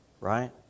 Right